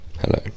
Hello